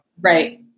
right